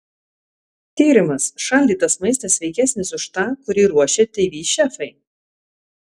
tyrimas šaldytas maistas sveikesnis už tą kurį ruošia tv šefai